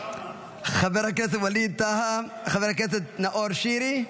חבר הכנסת ווליד טאהא, חבר הכנסת נאור שירי,